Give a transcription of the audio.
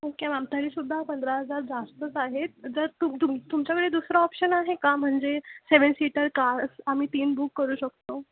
okay ma'am तरी सुद्धा पंधरा हजार जास्तच आहेत जर तुम तुम तुमच्याकडे दुसरं ऑप्शन आहे का म्हणजे सेवन सीटर कार आम्ही तीन बुक करू शकतो